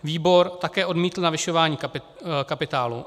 Výbor také odmítl navyšování kapitálu.